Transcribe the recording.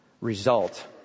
Result